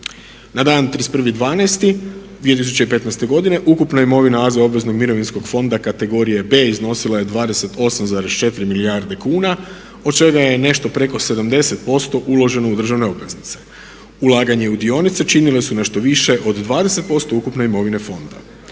Na dan 31.12.2015. godine ukupna imovina AZ obveznog mirovinskog fonda kategorije B iznosila je 28,4 milijarde kuna od čega je nešto preko 70% uloženog u državne obveznice. Ulaganje u dionice činile su nešto više od 20% ukupne imovine fonda.